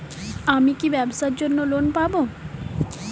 আমি কি ব্যবসার জন্য লোন পাব?